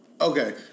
Okay